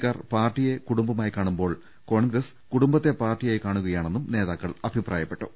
ക്കാർ പാർട്ടിയെ കുടുംബമായി കാണുമ്പോൾ കോൺഗ്രസ് കുടുംബത്തെ പാർട്ടിയായി കാണുകയാ ണെന്നും നേതാക്കൾ അഭിപ്രായപ്പെട്ടു